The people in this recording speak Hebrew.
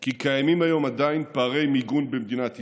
כי קיימים היום עדיין פערי מיגון במדינת ישראל.